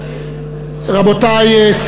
רבותי,